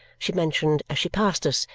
she mentioned, as she passed us,